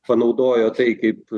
panaudojo tai kaip